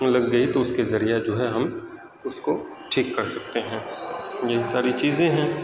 لگ گئی تو اس کے ذریعہ جو ہے ہم اس کو ٹھیک کر سکتے ہیں یہ ساری چیزیں ہیں